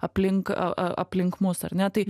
aplink aplink mus ar ne tai